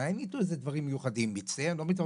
ואין איתו איזה דברים מיוחדים מצטיין או לא מצטיין,